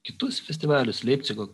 kitus festivalius leipcigo